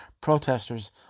protesters